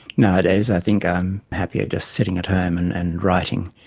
nowadays i think i'm happier just sitting at home and and writing.